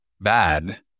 bad